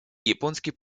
японский